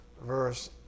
verse